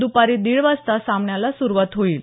दुपारी दीड वाजता सामन्याला स्रुवात होईल